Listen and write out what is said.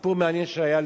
סיפור מעניין שהיה לי.